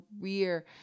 career